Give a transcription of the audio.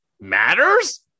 matters